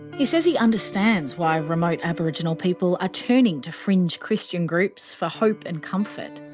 he says he understands why remote aboriginal people are turning to fringe christian groups for hope and comfort.